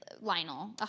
Lionel